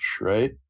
right